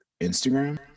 Instagram